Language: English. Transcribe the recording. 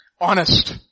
Honest